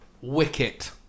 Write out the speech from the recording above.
Wicket